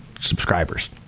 subscribers